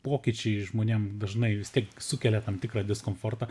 pokyčiai žmonėm dažnai vis tiek sukelia tam tikrą diskomfortą